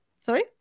sorry